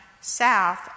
south